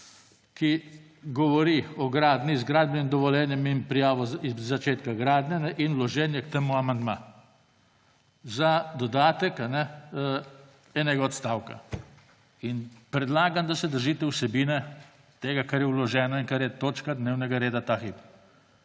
ki govori o gradnji z gradbenim dovoljenjem in o prijavi začetka gradnje. In vložen je k temu amandma, in sicer za dodatek enega odstavka. Predlagam, da se držite vsebine tega, kar je vloženo in kar je točka dnevnega reda ta hip.